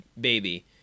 baby